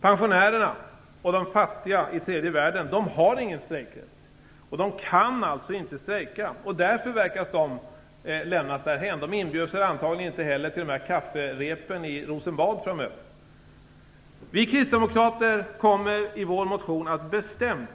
Pensionärerna och de fattiga i tredje världen har ingen strejkrätt och kan alltså inte strejka. Därför verkar de lämnas därhän. De inbjuds antagligen inte heller till kafferepen i Rosenbad framöver. Vi kristdemokrater kommer i vår motion att bestämt